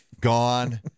gone